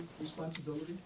responsibility